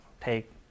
take